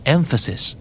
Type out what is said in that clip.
Emphasis